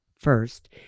first